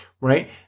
right